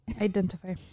identify